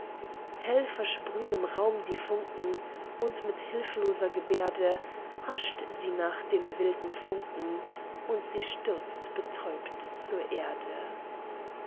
hell versprühn im raum die funken und mit hilfloser geberde hascht sie nach den wilden funken und sie stürzt betäubt zur erde